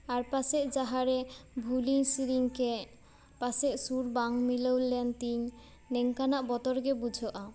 ᱟᱨ ᱯᱟᱪᱮᱫ ᱡᱟᱦᱟᱸ ᱨᱮ ᱵᱷᱩᱞ ᱤᱧ ᱥᱮᱹᱨᱮᱹᱧ ᱠᱮᱫ ᱯᱟᱪᱮᱫ ᱥᱩᱨ ᱵᱟᱝ ᱢᱤᱞᱟᱹᱣ ᱞᱮᱱ ᱛᱤᱧ ᱱᱚᱝᱠᱟᱱᱟᱜ ᱵᱚᱛᱚᱨ ᱜᱮ ᱵᱩᱡᱷᱟᱹᱜᱼᱟ